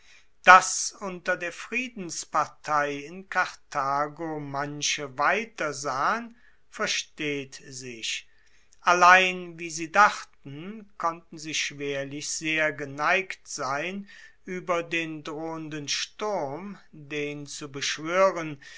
dass unter der friedenspartei in karthago manche weiter sahen versteht sich allein wie sie dachten konnten sie schwerlich sehr geneigt sein ueber den drohenden sturm den zu beschwoeren